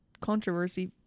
controversy